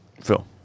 phil